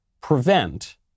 prevent